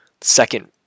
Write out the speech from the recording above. second